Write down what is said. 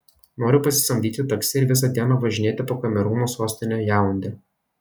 noriu pasisamdyti taksi ir visą dieną važinėti po kamerūno sostinę jaundę